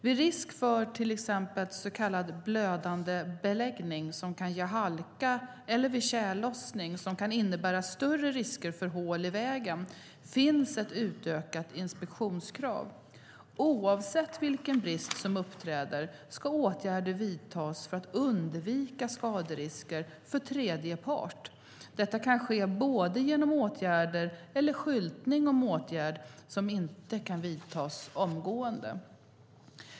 Vid risk för till exempel så kallad blödande beläggning, som kan ge halka, eller vid tjällossning, som kan innebära större risker för hål i vägen, finns ett utökat inspektionskrav. Oavsett vilken brist som uppträder ska åtgärder vidtas för att undvika skaderisker för tredje part. Detta kan ske genom åtgärder eller skyltning, om åtgärd inte kan vidtas omgående.